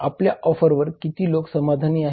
आपल्या ऑफरवर किती लोक समाधानी आहेत